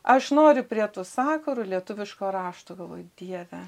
aš noriu prie tų sakurų lietuviško rašto galvoju dieve